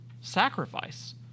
sacrifice